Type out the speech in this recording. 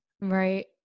Right